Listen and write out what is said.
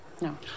No